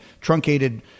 truncated